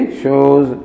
shows